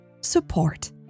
support